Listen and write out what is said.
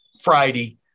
Friday